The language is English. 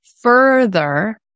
further